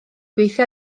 gweithio